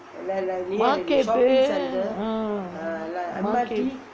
market eh ah